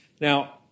Now